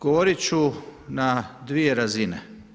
Govoriti ću na dvije razine.